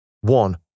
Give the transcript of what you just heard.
One